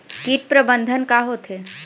कीट प्रबंधन का होथे?